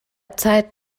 zeit